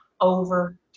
over